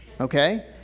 Okay